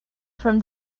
from